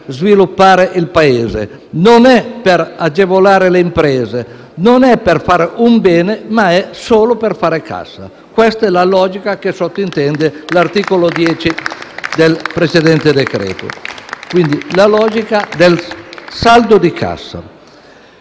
sviluppare il Paese, non è per agevolare le imprese, non è per fare un bene, ma è solo per fare cassa. Questa è la logica che sottintende l'articolo 10 del decreto-legge, *(Applausi dal Gruppo